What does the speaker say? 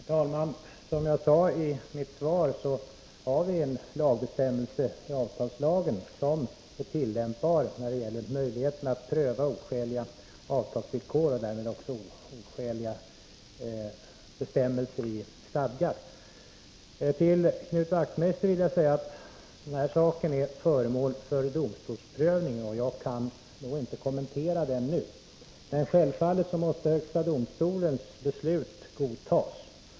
Herr talman! Som jag sade i mitt svar har vi en bestämmelse i avtalslagen som är tillämpbar när det gäller möjligheterna att pröva oskäliga avtalsvillkor och därmed också oskäliga bestämmelser i stadgar. Till Knut Wachtmeister vill jag säga att den här frågan är föremål för domstolsprövning, och jag kan därför inte kommentera den nu. Men självfallet måste högsta domstolens beslut godtas.